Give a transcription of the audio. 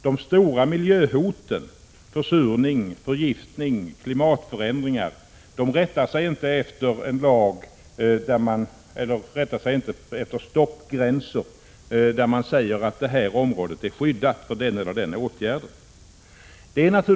De stora miljöhoten — försurning, förgiftning, klimatförändringar — rättar sig inte efter stoppgränser som innebär att man säger att detta område är skyddat mot den eller den åtgärden.